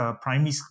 primary